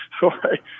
Sorry